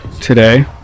today